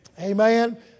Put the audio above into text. Amen